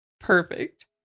Perfect